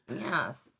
Yes